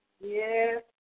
Yes